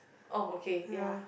oh okay ya